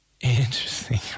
Interesting